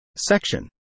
Section